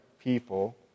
people